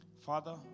Father